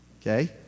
Okay